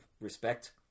respect